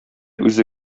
үзе